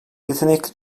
yetenekli